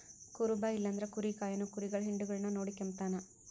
ಕುರುಬ ಇಲ್ಲಂದ್ರ ಕುರಿ ಕಾಯೋನು ಕುರಿಗುಳ್ ಹಿಂಡುಗುಳ್ನ ನೋಡಿಕೆಂಬತಾನ